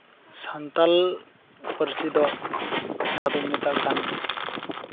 ᱥᱟᱱᱛᱟᱲ ᱯᱟᱹᱨᱥᱤ ᱫᱚ ᱡᱟᱦᱟᱸ ᱫᱚᱠᱚ ᱢᱮᱛᱟᱜ ᱠᱟᱱ